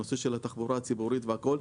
הנושא של התחבורה הציבורית והכול,